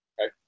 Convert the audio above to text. Okay